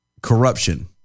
Corruption